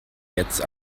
jetzt